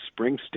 Springsteen